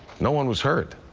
no one was hurt.